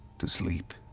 to sleep.